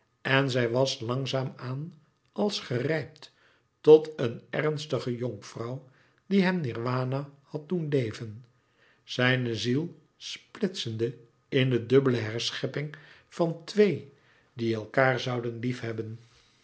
en zij was langzaam aan als gerijpt tot een ernstige jonkvrouw die hem nirwana had doen leven zijne ziel splitsende in de dubbele herschepping van twee die elkaâr zouden liefhebben